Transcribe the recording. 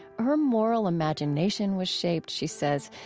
her moral imagination was shaped, she says,